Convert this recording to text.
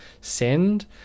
send